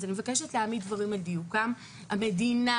אז אני מבקשת להעמיד דברים על דיוקם: המדינה,